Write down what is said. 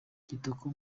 kitoko